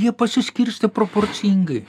jie pasiskirstė proporcingai